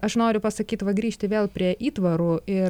aš noriu pasakyt va grįžti vėl prie įtvarų ir